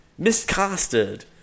Miscasted